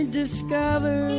discover